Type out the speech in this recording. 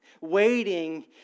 waiting